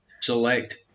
select